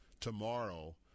tomorrow